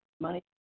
money